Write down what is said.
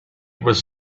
was